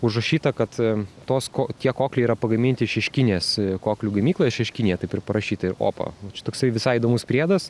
užrašyta kad tos ko tie kokliai yra pagaminti šeškinės koklių gamykloje šeškinėje taip ir parašyta ir opa čia toksai visai įdomus priedas